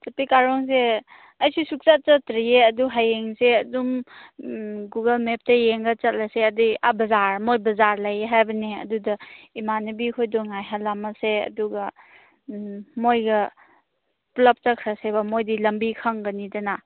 ꯆꯥꯛꯄꯤ ꯀꯥꯔꯣꯡꯁꯦ ꯑꯩꯁꯨ ꯁꯨꯡꯆꯠ ꯆꯠꯇ꯭ꯔꯤꯌꯦ ꯑꯗꯨ ꯍꯌꯦꯡꯁꯦ ꯑꯗꯨꯝ ꯒꯨꯒꯜ ꯃꯦꯞꯇ ꯌꯦꯡꯂ ꯆꯠꯂꯁꯦ ꯑꯗꯒꯤ ꯑꯥ ꯕꯥꯖꯥꯔ ꯃꯣꯏ ꯕꯥꯖꯥꯔ ꯂꯩꯌꯦ ꯍꯥꯏꯕꯅꯦ ꯑꯗꯨꯗ ꯏꯃꯥꯟꯅꯕꯤ ꯈꯣꯏꯗꯣ ꯉꯥꯏꯍꯜꯂꯝꯂꯁꯦ ꯑꯗꯨꯒ ꯃꯣꯏꯒ ꯄꯨꯂꯞ ꯆꯠꯈ꯭ꯔꯁꯦꯕ ꯃꯣꯏꯗꯤ ꯂꯝꯕꯤ ꯈꯪꯒꯅꯤꯗꯅ